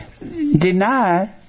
deny